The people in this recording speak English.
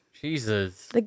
Jesus